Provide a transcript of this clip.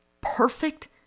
perfect